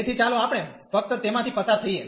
તેથી ચાલો આપણે ફક્ત તેમાંથી પસાર થઈએ